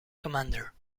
commander